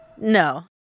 no